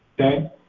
Okay